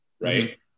Right